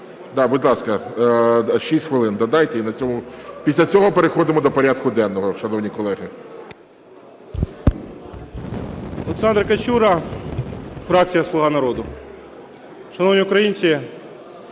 Будь ласка, 6 хвилин додайте. Після цього переходимо до порядку денного, шановні колеги.